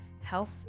Health